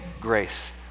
grace